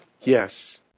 yes